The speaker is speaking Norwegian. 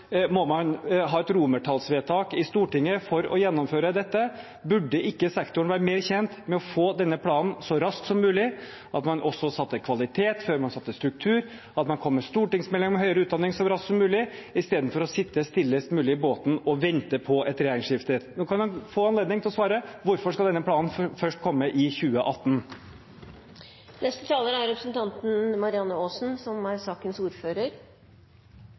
må man ha et romertallsvedtak i Stortinget for å gjennomføre dette? Burde ikke sektoren være mer tjent med å få denne planen så raskt som mulig, at man også satte kvalitet før man satte struktur, at man kom med en stortingsmelding om høyere utdanning så raskt som mulig istedenfor å sitte stillest mulig i båten og vente på et regjeringsskifte? Nå kan han få anledning til å svare: Hvorfor skal denne planen først komme i 2018? Jeg tar ordet fordi jeg mener det er